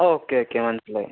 okay okay മനസ്സിലായി